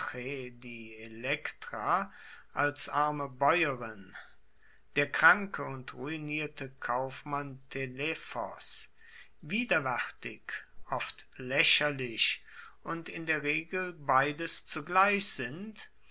die elektra als arme baeuerin der kranke und ruinierte kaufmann telephos widerwaertig oder laecherlich und in der regel beides zugleich sind